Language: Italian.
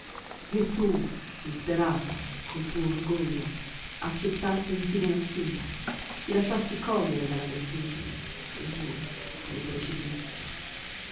e tu disperata col tuo orgoglio accettasti infine la sfida ti lasciasti cogliere dalla vertigine e giù nel precipizio